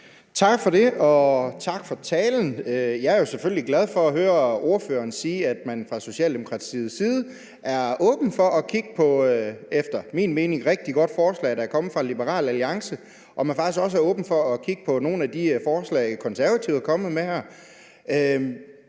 Tak for det, og tak for talen. Jeg er selvfølgelig glad for at høre ordføreren sige, at man fra Socialdemokratiets side er åben over for at kigge på et efter min mening rigtig godt forslag, der er kommet fra Liberal Alliance, og at man faktisk også er åben over for at kigge på nogle af de forslag, Konservative er kommet med her.